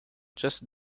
just